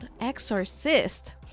Exorcist